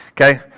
Okay